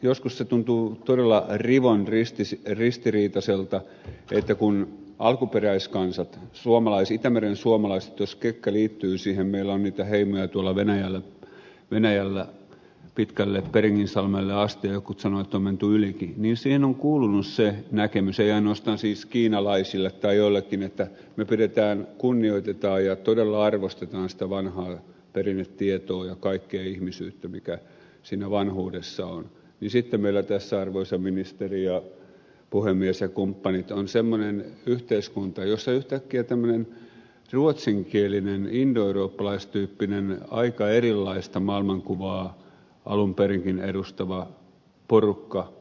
joskus se tuntuu todella rivon ristiriitaiselta että kun alkuperäiskansat itämerensuomalaiset jos ketkä liittyivät siihen meillä on niitä heimoja tuolla venäjällä pitkälle beringinsalmelle asti ja jotkut ovat sanoneet että on menty ylikin näkemykseen eivät ainoastaan siis kiinalaiset tai jotkut että pidetään kunnioitetaan ja todella arvostetaan sitä vanhaa perinnetietoa ja kaikkea ihmisyyttä mikä siinä vanhuudessa on niin sitten meillä tässä arvoisa ministeri ja puhemies ja kumppanit on semmoinen yhteiskunta jossa yhtäkkiä tämmöinen ruotsinkielinen indoeurooppalaistyyppinen aika erilaista maailmankuvaa alun perinkin edustava porukka kunnioittaa vanhempiaan